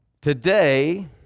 today